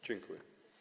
Dziękuję.